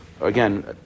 again